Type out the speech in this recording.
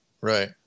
Right